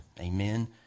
Amen